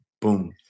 boom